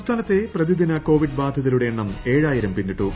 സംസ്ഥാനത്തെ പ്രതിദിനു ്ക്യോവിഡ് ബാധിതരുടെ എണ്ണം ഏഴായിരം പിന്നിട്ടു